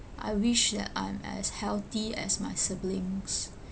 I wish that I'm as healthy as my siblings